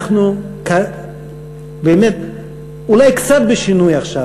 אנחנו באמת אולי קצת בשינוי עכשיו,